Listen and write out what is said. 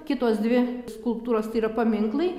kitos dvi skulptūros tai yra paminklai